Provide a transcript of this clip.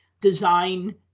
design